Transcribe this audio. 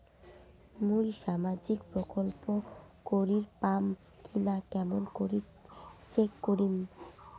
মুই সামাজিক প্রকল্প করির পাম কিনা কেমন করি চেক করিম?